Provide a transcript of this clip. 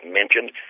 mentioned